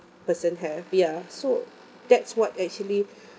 person have ya so that's what actually